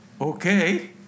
Okay